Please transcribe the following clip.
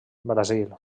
brasil